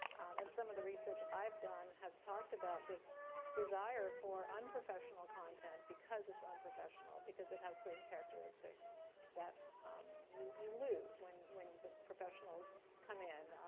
and some of the research i've done has talked about this desire for unprofessional content because it's unprofessional, because it has certain characteristics that you you lose when when the professionals come in.